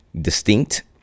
Distinct